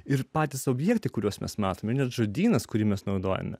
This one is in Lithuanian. ir patys objektai kuriuos mes matome net žodynas kurį mes naudojame